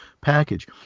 package